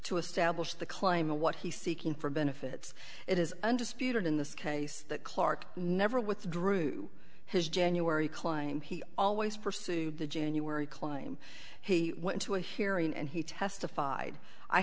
to establish the claim of what he's seeking for benefits it is undisputed in this case that clarke never withdrew his january claim he always pursued the january claim he went to a hearing and he testified i